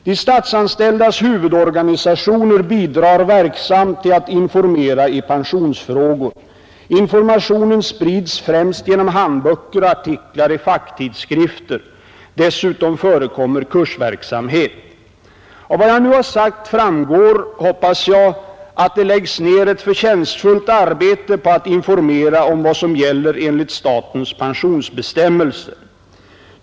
De statsanställdas huvudorganisationer bidrar verksamt till att informera i pensionsfrågor. Informationen sprids främst genom handböcker och artiklar i facktidskrifter. Dessutom förekommer kursverksamhet. Av vad jag nu har sagt framgår, hoppas jag, att det läggs ned ett förtjänstfullt arbete på att informera om vad som gäller enligt statens pensionsbestämmelser.